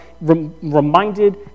reminded